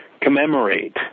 commemorate